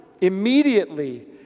immediately